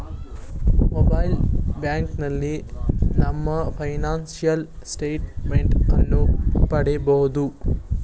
mobile ಬ್ಯಾಂಕಿನಲ್ಲಿ ನಮ್ಮ financial statement ಅನ್ನು ಪಡಿಬೋದು